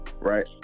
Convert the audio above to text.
right